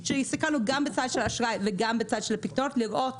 הסתכלנו גם בצד של האשראי וגם בצד של הפיקדונות לראות